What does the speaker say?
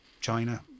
China